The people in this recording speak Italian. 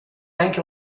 anche